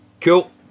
Cool